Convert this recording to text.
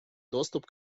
доступ